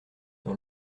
dans